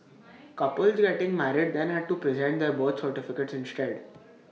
couples getting married then had to present their birth certificates instead